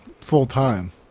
full-time